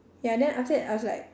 ya then after that I was like